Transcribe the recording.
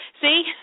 See